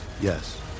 Yes